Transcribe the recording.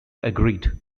agreed